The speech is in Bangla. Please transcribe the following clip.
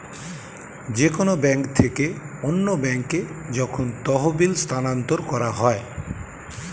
যে কোন ব্যাংক থেকে অন্য ব্যাংকে যখন তহবিল স্থানান্তর করা হয়